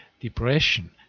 Depression